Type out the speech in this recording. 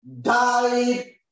died